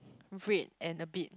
red and a bit